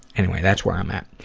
anyway, that's where i'm at.